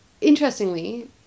interestingly